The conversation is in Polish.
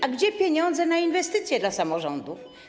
A gdzie pieniądze na inwestycje dla samorządów?